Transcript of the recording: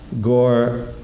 Gore